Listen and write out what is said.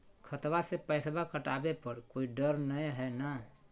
खतबा से पैसबा कटाबे पर कोइ डर नय हय ना?